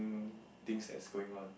things that's going on